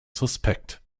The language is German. suspekt